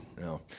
No